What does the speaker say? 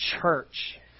church